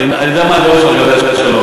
כי אני יודע מה הדעות שלך לגבי השלום.